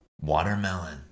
Watermelon